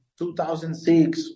2006